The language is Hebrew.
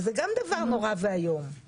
זה גם דבר נורא ואיום.